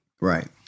Right